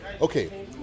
Okay